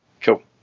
cool